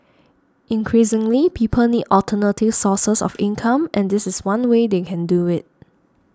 increasingly people need alternative sources of income and this is one way they can do it